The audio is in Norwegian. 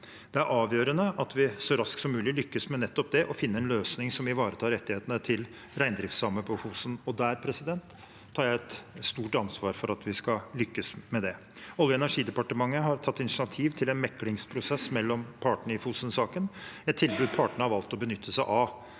Det er avgjørende at vi så raskt som mulig lykkes med nettopp å finne en løsning som ivaretar rettighetene til reindriftssamene på Fosen. Jeg tar et stort ansvar for at vi skal lykkes med det. Olje- og energidepartementet har tatt initiativ til en meklingsprosess mellom partene i Fosen-saken, et tilbud partene har valgt å benytte seg av.